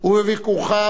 מדינת ישראל,